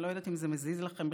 אני לא יודעת אם זה מזיז לכם בכלל,